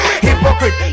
Hypocrite